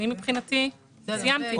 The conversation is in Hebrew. מבחינתי סיימתי.